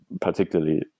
particularly